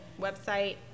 website